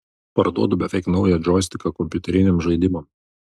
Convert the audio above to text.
parduodu beveik naują džoistiką kompiuteriniam žaidimam